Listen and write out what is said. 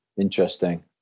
Interesting